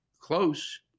close